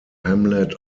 hamlet